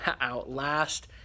outlast